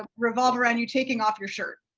revolve around you taking off your shirt